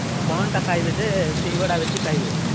କ'ଣଟା ଖାଇବେ ଯେ ସିଙ୍ଗଡ଼ା ବେଶୀ ଖାଇବେ